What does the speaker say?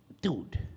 Dude